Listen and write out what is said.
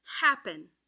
happen